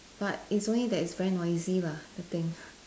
but is only that is very noisy lah the thing